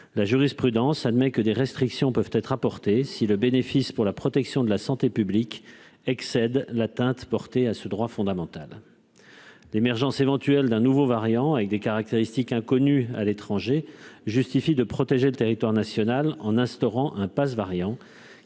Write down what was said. la jurisprudence admet que des restrictions peuvent être apportées si le bénéfice pour la protection de la santé publique excède l'atteinte portée à ce droit fondamental l'émergence éventuelle d'un nouveau variant avec des caractéristiques inconnu à l'étranger, justifie de protéger le territoire national, en instaurant un Pass variant